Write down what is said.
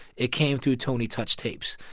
it came through tony touch tapes.